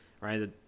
right